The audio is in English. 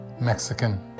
Mexican